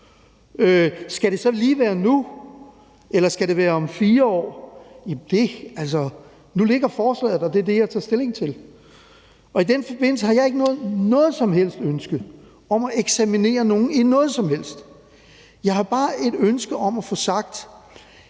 Skal det så lige være nu, eller skal det være om 4 år? Nu ligger forslaget der, og det er det, jeg tager stilling til, og i den forbindelse har jeg ikke noget som helst ønske om at eksaminere nogen i noget som helst. Jeg har bare et ønske om at få sagt,